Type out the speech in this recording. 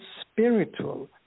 spiritual